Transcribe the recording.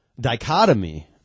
dichotomy